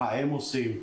מה הם עושים?